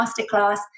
masterclass